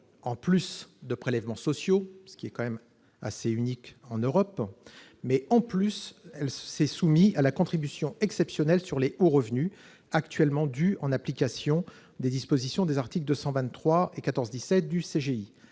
et des prélèvements sociaux- disposition tout de même assez unique en Europe ...-, soient en sus soumises à la contribution exceptionnelle sur les hauts revenus, actuellement due en application des dispositions des articles 223 et 1417 du CGI.